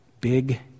big